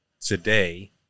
today